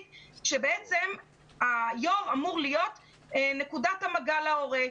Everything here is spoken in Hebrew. כאשר בעצם היושב ראש אמור להיות נקודת המגע להורה,